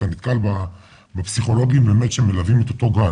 אתה נתקל בפסיכולוגים שמלווים את אותו גן.